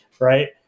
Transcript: right